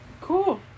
Cool